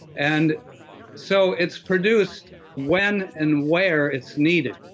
and so it's produced when and where it's needed.